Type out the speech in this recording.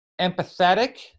empathetic